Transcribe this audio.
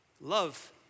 Love